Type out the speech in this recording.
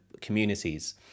communities